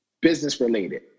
business-related